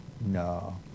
No